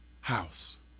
house